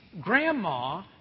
Grandma